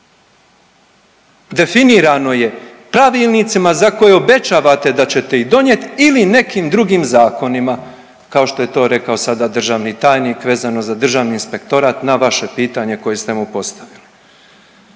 Definirano je pravilnicima za koje obećavate da ćete ih donijeti ili nekim drugim zakonima kao što je to rekao sada državni tajnik vezano za Državni inspektorat na vaše pitanje koje ste mu postavili.